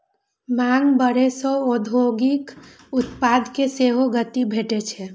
मांग बढ़ै सं औद्योगिक उत्पादन कें सेहो गति भेटै छै